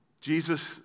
Jesus